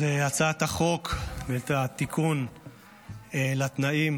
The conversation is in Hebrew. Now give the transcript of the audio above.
הצעת החוק, התיקון לתנאים